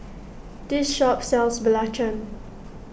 this shop sells Belacan